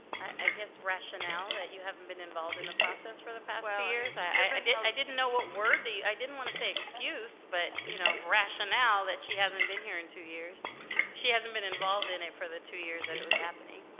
i guess rationale that you haven't been involved in the process for the past two years i didn't i didn't know what word d i didn't want to say excuse but you know rationale that she hasn't been here in two years so she hasn't been involved in it for the two years that it was happening